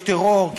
יש טרור?